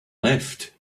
left